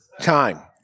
time